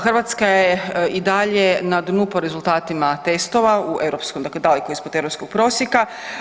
Hrvatska je i dalje na dnu po rezultatima testova u europskom, dakle daleko ispod europskog prosjeka.